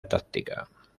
táctica